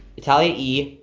natalia e,